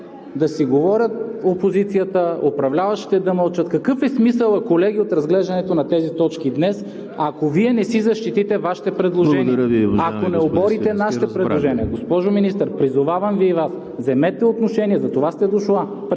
да си говорят от опозицията, а управляващите да мълчат. Какъв е смисълът, колеги, от разглеждането на тези точки днес, ако Вие не си защитите Вашите предложения, ако не оборите нашите предложения? Госпожо Министър, призовавам и Вас: вземете отношение, затова сте дошла,